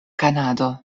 kanado